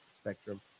spectrum